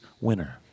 winner